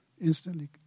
instantly